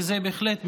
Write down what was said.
וזה בהחלט מבורך.